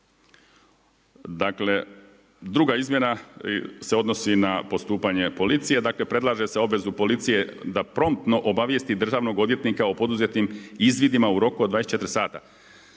Dakle, druga izmjena se odnosi na postupanje policije, dakle predlaže se obvezu policije da promptno obavijesti državnog odvjetnika o poduzetim izvidima u roku od 24 sata.